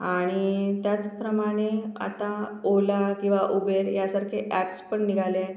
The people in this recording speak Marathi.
आणि त्याचप्रमाणे आता ओला किंवा उबेर यासारखे ॲप्स पण निघाले